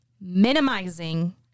minimizing